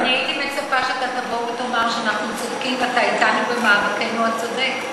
אני הייתי מצפה שאתה תבוא ותאמר שאנחנו צודקים ואתה אתנו במאבקנו הצודק.